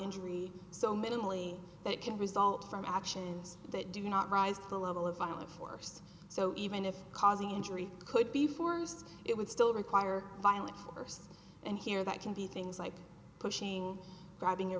injury so minimally that can result from actions that do not rise to the level of violent force so even if causing injury could be forced it would still require violent force and here that can be things like pushing grabbing